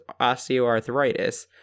osteoarthritis